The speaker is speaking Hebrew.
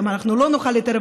ואם אנחנו לא נוכל להתערב,